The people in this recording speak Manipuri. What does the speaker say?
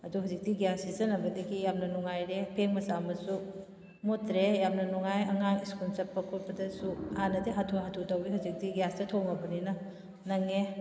ꯑꯗꯨ ꯍꯧꯖꯤꯛꯇꯤ ꯒ꯭ꯌꯥꯁ ꯁꯤꯖꯟꯅꯕꯗꯒꯤ ꯌꯥꯝꯅ ꯅꯨꯡꯉꯥꯏꯔꯦ ꯐꯦꯡꯕ ꯆꯥꯝꯕꯁꯨ ꯃꯣꯏꯇ꯭ꯔꯦ ꯌꯥꯝꯅ ꯅꯨꯡꯉꯥꯏ ꯑꯉꯥꯡ ꯁ꯭ꯀꯨꯜ ꯆꯠꯄ ꯈꯣꯠꯄꯗꯁꯨ ꯍꯥꯟꯅꯗꯤ ꯍꯥꯊꯨ ꯍꯥꯊꯨ ꯇꯧꯏ ꯍꯧꯖꯤꯛꯇꯤ ꯒ꯭ꯌꯥꯁꯇ ꯊꯣꯡꯉꯕꯅꯤꯅ ꯅꯪꯉꯦ